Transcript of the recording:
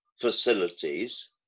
facilities